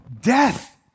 Death